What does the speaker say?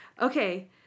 Okay